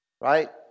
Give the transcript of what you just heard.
right